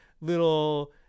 little